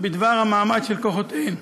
בדבר המעמד של כוחותיהן.